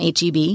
HEB